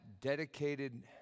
Dedicated